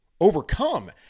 overcome